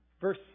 Verse